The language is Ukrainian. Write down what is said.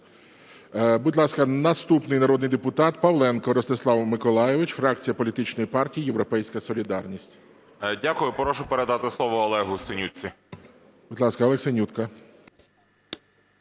Дякую. Прошу передати слово Олегу Синютці.